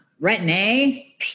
Retin-A